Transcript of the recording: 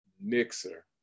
mixer